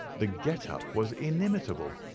the get-up was inimitable.